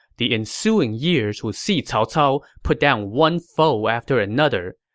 the ensuing years would see cao cao put down one foe after another.